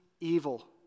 evil